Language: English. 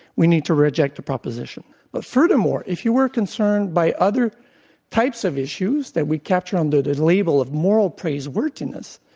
we need to reject the proposition. but furthermore, if you were concerned by other types of issues that we capture under the label of moral praiseworthiness,